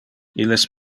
illes